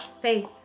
faith